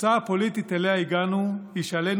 התוצאה הפוליטית שאליה הגענו היא שעלינו